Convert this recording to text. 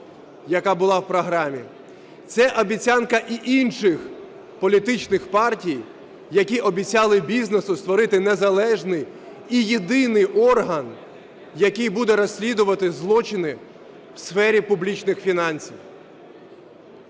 яка була в програмі. Це обіцянка і інших політичних партій, які обіцяли бізнесу створити незалежний і єдиний орган, який буде розслідувати злочини в сфері публічних фінансів.